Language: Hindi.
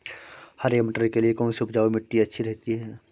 हरे मटर के लिए कौन सी उपजाऊ मिट्टी अच्छी रहती है?